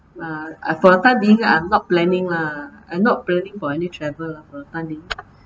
uh I for the time being I'm not planning lah and not planning for any travel lah for the time being